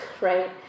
right